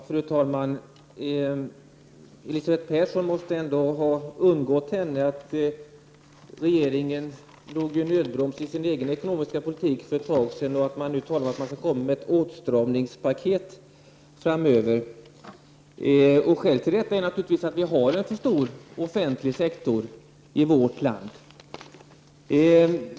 Fru talman! Det måste ha undgått Elisabeth Persson att regeringen drog i nödbromsen för sin egen ekonomiska politik för ett tag sedan. Nu talas det om att man skall komma med ett åtstramningspaket framöver. Skälet till detta är naturligtvis att vi har en för stor offentlig sektor i vårt land.